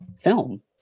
film